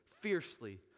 fiercely